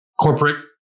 corporate